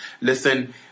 listen